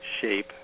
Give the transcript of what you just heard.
shape